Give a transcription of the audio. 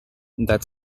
that